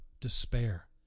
despair